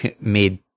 made